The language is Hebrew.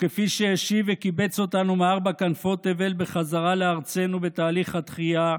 וכפי שהשיב וקיבץ אותנו מארבע כנפות תבל בחזרה לארצנו בתהליך התחייה,